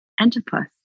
antipus